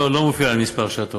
לא, לא מופיע המספר שאת אומרת,